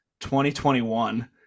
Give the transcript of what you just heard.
2021